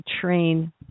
train